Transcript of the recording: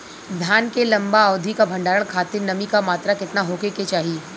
धान के लंबा अवधि क भंडारण खातिर नमी क मात्रा केतना होके के चाही?